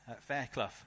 Fairclough